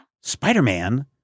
Spider-Man